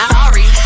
sorry